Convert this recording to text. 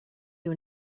you